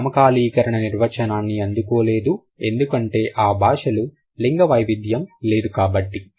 ఇది సమకాలీకరణ నిర్వచనాన్ని అందుకోలేదు ఎందుకంటే ఆ భాషలు లింగ వైవిధ్యం లేదు కాబట్టి